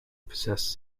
possess